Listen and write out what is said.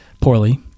Poorly